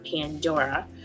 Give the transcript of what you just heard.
Pandora